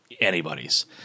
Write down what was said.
anybody's